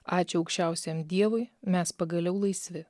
ačiū aukščiausiam dievui mes pagaliau laisvi